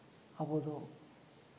ᱟᱵᱚ ᱫᱚ